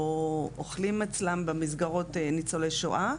או שאוכלים אצלם במסגרות ניצולי שואה,